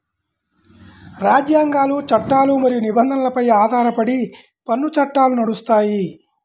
రాజ్యాంగాలు, చట్టాలు మరియు నిబంధనలపై ఆధారపడి పన్ను చట్టాలు నడుస్తాయి